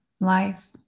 life